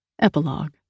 Epilogue